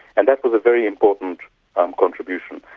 and that was a very important um contribution.